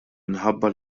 minħabba